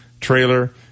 trailer